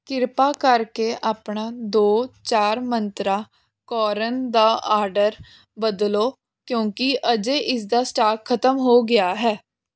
ਕ੍ਰਿਪਾ ਕਰਕੇ ਆਪਣਾ ਦੋ ਚਾਰ ਮੰਤਰਾ ਕੌਰਨ ਦਾ ਆਡਰ ਬਦਲੋ ਕਿਉਂਕੀ ਅਜੇ ਇਸ ਦਾ ਸਟਾਕ ਖਤਮ ਹੋ ਗਿਆ ਹੈ